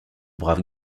brave